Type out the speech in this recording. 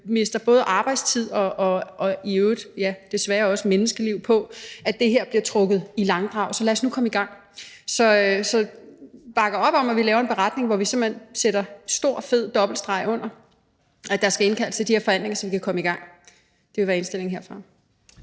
mister vi både arbejdstid og i øvrigt desværre også menneskeliv på, at det her bliver trukket i langdrag. Så lad os nu komme i gang. Så vi bakker op om, at vi laver en beretning, hvor vi simpelt hen sætter en stor, fed streg under, at der skal indkaldes til de her forhandlinger, så vi kan komme i gang. Det vil være indstillingen herfra.